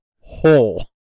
whole